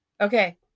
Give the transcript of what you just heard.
Okay